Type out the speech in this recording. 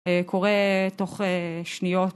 זה קורה תוך שניות